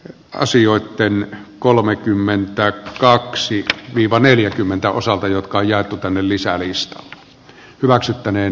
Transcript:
ja asioittemme kolmekymmentä kaksi viva neljäkymmentä osalta joka jää tänne lisää listalle hyväksyttäneen